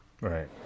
Right